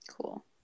Cool